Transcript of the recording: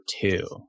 two